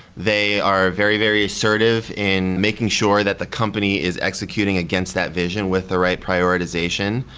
they are very, very assertive in making sure that the company is executing against that vision with the right prioritization.